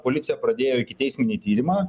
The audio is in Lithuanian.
policija pradėjo ikiteisminį tyrimą